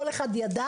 כל אחד ידע.